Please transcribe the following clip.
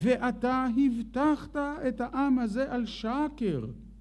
ואתה הבטחת את העם הזה על שקר.